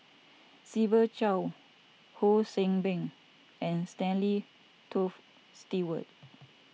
Siva Choy Ho See Beng and Stanley Toft Stewart